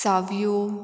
Savio